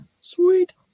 Sweet